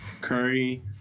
Curry